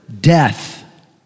death